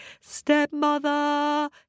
stepmother